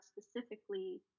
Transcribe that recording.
specifically